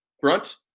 Brunt